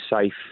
safe